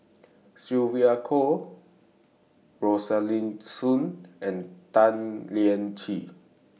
Sylvia Kho Rosaline Soon and Tan Lian Chye